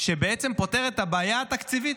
שבעצם פותר את הבעיה התקציבית.